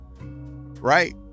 right